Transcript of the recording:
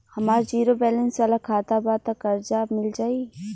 हमार zero balance वाला खाता बा त कर्जा मिल जायी?